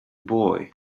boy